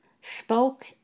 spoke